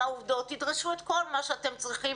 העובדות תדרשו את כל מה שאתם צריכים